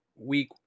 week